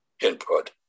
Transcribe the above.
input